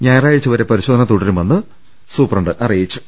ഞായറാഴ്ച വരെ പരിശോധന തുടരുമെന്ന് സുപ്രണ്ട് അറിയിച്ചു